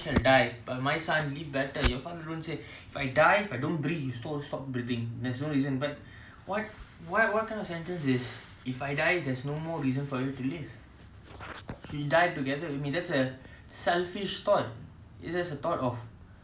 our childish love is lah no matter how much we sell ourselves and we label ourselves as adults as grownups you know mental state in our way of need we are children